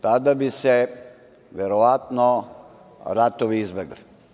Tada bi se verovatno ratovi izbegli.